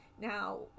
Now